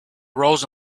rose